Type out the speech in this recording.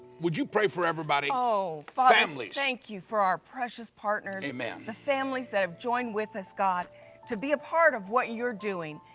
would you pray for everybody? oh. families. thank you for our precious partners. the families that have joined with us god to be a part of what you're doing.